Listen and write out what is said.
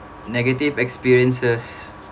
negative experiences